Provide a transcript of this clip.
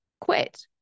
quit